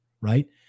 right